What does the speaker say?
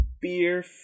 beer